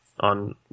On